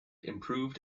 improved